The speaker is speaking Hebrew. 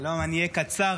שלום, אני אהיה קצר.